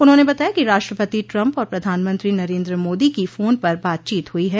उन्होंने बताया कि राष्ट्रपति ट्रम्प और प्रधानमंत्री नरेन्द्र मोदी की फोन पर बातचीत हुई है